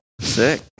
Sick